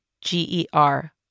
G-E-R